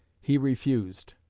he refused.